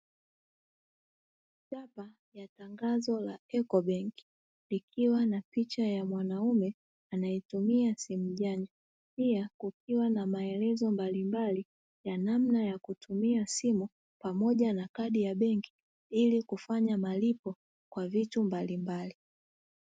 Tangazo la ecobenki ikiwa na picha ya mwanaume anayetumia simu janja, pia kukiwa na maelezo mbalimbali ya namna ya kutumia simu pamoja na kadi ya benki ili kufanya malipo kwa vitu mbalimbali.